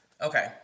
okay